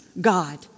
God